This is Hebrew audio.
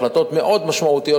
החלטות מאוד משמעותיות,